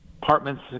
Apartments